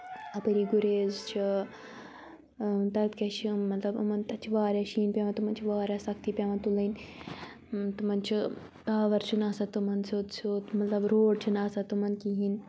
اَپٲری گُریز چھِ تَتہِ کیاہ چھِ مطلب یِمَن تَتہِ چھِ واریاہ شیٖن پیٚوان تِمَن چھِ واریاہ سختی پیٚوان تُلٕنۍ تِمَن چھُ پاوَر چھُنہٕ آسان تِمَن سیوٚد سیوٚد مطلب روڈ چھِنہٕ آسان تِمَن کِہیٖنۍ